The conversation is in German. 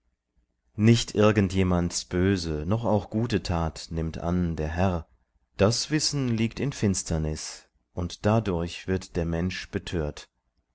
nicht irgend jemands böse noch auch gute tat nimmt an der herr das wissen liegt in finsternis und dadurch wird der mensch betört